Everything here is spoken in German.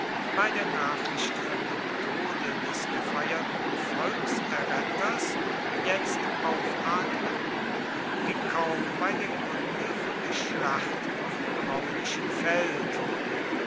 bei der nachricht von dem tode des gefeierten volkserretters jetzt aufatmeten wie kaum bei der kunde von der schlacht auf dem raudischen feld